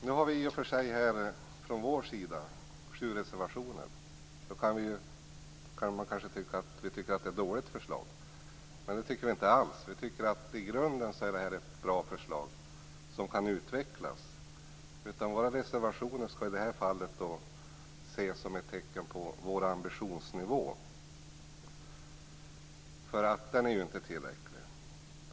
Nu har vi från vår sida i och för sig sju reservationer, och man kan tycka att vi då anser att det är ett dåligt förslag. Men det tycker vi inte alls, utan vi tycker att det i grunden är ett bra förslag, som kan utvecklas. Våra reservationer skall i det här fallet ses som ett tecken på vår ambitionsnivå - den är nämligen inte tillräcklig i förslaget.